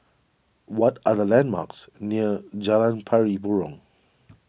what are the landmarks near Jalan Pari Burong